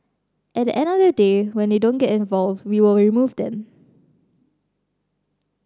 at the end of the day when they don't get involved we will remove them